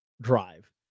drive